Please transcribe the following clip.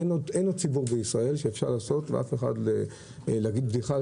אין עוד ציבור בישראל שאפשר להגיד עליו בדיחה,